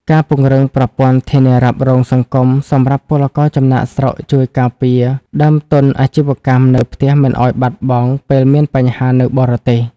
ការពង្រឹងប្រព័ន្ធ "ធានារ៉ាប់រងសង្គម" សម្រាប់ពលករចំណាកស្រុក ជួយការពារដើមទុនអាជីវកម្មនៅផ្ទះមិនឱ្យបាត់បង់ពេលមានបញ្ហានៅបរទេស។